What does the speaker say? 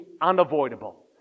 unavoidable